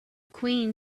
queen